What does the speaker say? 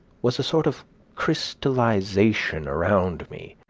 was a sort of crystallization around me,